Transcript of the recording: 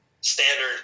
standard